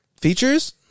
features